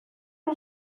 que